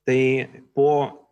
tai po